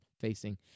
facing